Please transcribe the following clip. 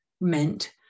meant